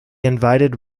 invited